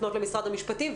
לפנות למשרד המשפטים.